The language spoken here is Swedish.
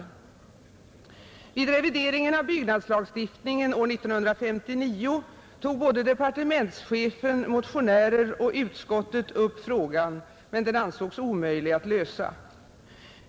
byggnadsförbud av Vid revideringen av byggnadslagstiftningen år 1959 tog både departemer än fem års mentschefen, motionärer och utskottet upp frågan, men den ansågs varaktighet omöjlig att lösa.